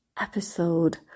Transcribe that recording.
episode